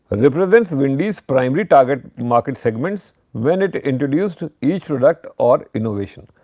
represents wendy's primary target market segments when it introduced each product or innovation.